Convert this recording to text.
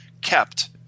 kept